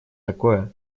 такое